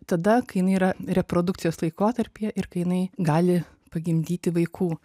tada kai jinai yra reprodukcijos laikotarpyje ir kai jinai gali pagimdyti vaikų